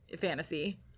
fantasy